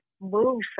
move